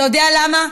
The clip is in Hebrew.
אתה יודע למה?